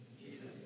Jesus